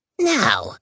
Now